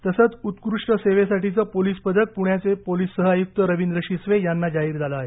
तसेच उत्कृष्ट सेवेसाठीचे पोलीस पदक पुण्याचे पोलीस सह आयुक्त रवींद्र शिसवे यांना जाहीर झाले आहे